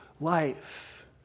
life